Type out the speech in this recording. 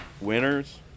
winners